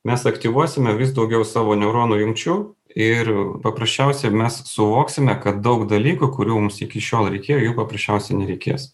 mes aktyvuosime vis daugiau savo neuronų jungčių ir paprasčiausiai mes suvoksime kad daug dalykų kurių mums iki šiol reikėjo jų paprasčiausiai nereikės